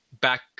back